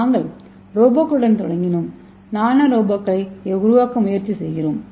நாங்கள் ரோபோக்களுடன் தொடங்கினோம் நானோ ரோபோக்களை உருவாக்க முயற்சிக்கிறோம்